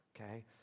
Okay